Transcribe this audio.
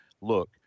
Look